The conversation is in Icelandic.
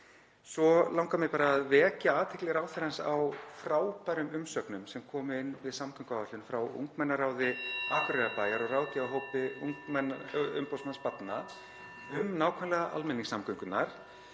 Svo langar mig bara að vekja athygli ráðherrans á frábærum umsögnum sem komu inn við samgönguáætlun frá ungmennaráði Akureyrarbæjar og ráðgjafarhópi umboðsmanns barna um almenningssamgöngur.